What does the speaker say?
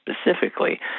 specifically